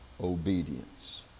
obedience